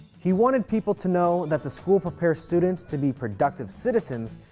he wanted people to know that the school prepared students to be productive citizens,